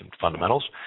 fundamentals